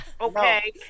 okay